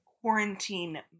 quarantine